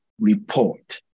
report